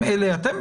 אתם,